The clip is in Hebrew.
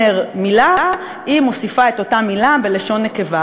מילה היא מוסיפה את אותה מילה בלשון נקבה.